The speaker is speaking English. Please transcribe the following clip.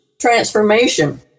transformation